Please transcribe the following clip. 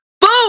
Boom